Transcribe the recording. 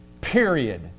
Period